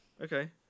Okay